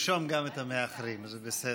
נרשום גם את המאחרים, זה בסדר.